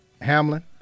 Hamlin